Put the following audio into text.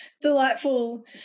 delightful